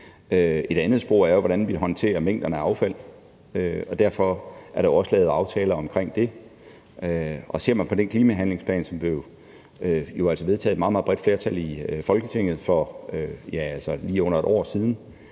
Et andet spor er håndteringen af mængderne af affald, og derfor er der jo også lavet aftaler om det. Og ser man på den klimahandlingsplan, som jo altså blev vedtaget af et meget, meget bredt flertal i Folketinget for lige under et år siden,